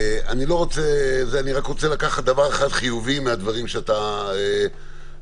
אני רוצה לקחת דבר אחד חיובי מהדברים שאתה אומר,